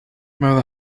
ماذا